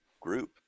group